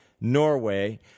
Norway